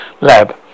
lab